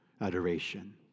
adoration